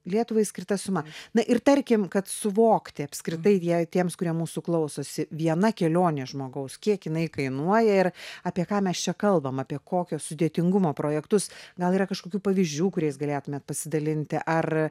lietuvai skirta suma na ir tarkim kad suvokti apskritai jei tiems kurie mūsų klausosi viena kelionė žmogaus kiek jinai kainuoja ir apie ką mes čia kalbam apie kokio sudėtingumo projektus gal yra kažkokių pavyzdžių kuriais galėtumėt pasidalinti ar